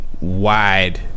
wide